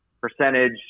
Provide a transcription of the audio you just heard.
percentage